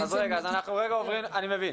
אני מבין.